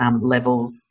levels